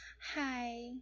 Hi